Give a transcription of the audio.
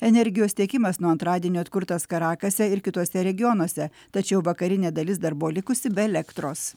energijos tiekimas nuo antradienio atkurtas karakase ir kituose regionuose tačiau vakarinė dalis dar buvo likusi be elektros